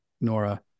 Nora